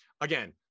Again